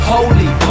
Holy